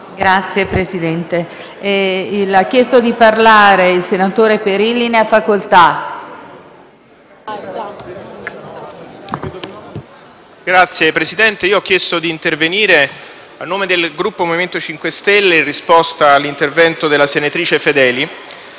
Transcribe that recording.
Signor Presidente, ho chiesto di intervenire a nome del Gruppo MoVimento 5 Stelle in risposta all'intervento della senatrice Fedeli,